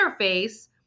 interface